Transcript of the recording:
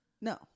No